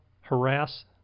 harass